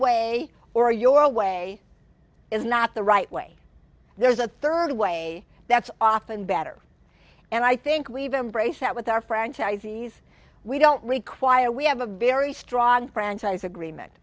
way or your way is not the right way there's a third way that's often better and i think we've embraced that with our franchisees we don't require we have a very strong franchise agreement